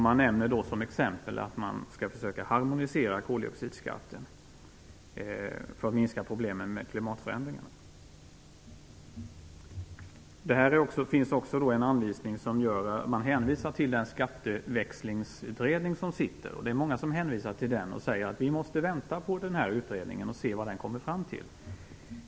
Som exempel nämns att man skall försöka harmonisera koldioxidskatten, för att minska problemen med klimatförändringar. Man hänvisar också till den skatteväxlingsutredning som arbetar. Det är många som hänvisar till den och säger att vi måste vänta på utredningen och se vad den kommer fram till.